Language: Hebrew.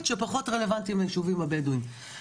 שפחות רלוונטיים ליישובים הבדואים.